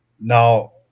Now